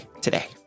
today